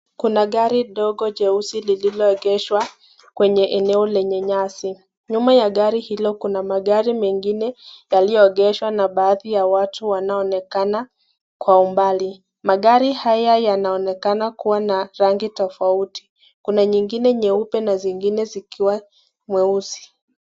Kuna gari dogo jeusi lililoegezwa kwenye eneo lenye nyasi, nyuma ya gari hilo kuna magari mengine yaliyo egezwa na baadhi ya watu wanaonekana kwa umbali. Magari haya yanaonekana kuwa na rangi tofauti, kuna nyingine nyeupe ba zingine zikiwa mweusi.